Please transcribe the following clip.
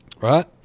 right